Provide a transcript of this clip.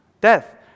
death